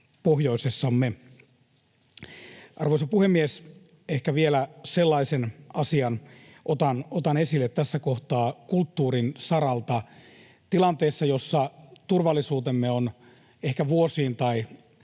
Arvoisa puhemies! Ehkä vielä sellaisen asian otan esille tässä kohtaa kulttuurin saralta, että tilanteessa, jossa turvallisuutemme on ehkä vuosiin tai